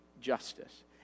justice